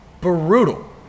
brutal